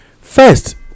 First